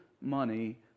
money